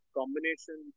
combination